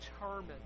determined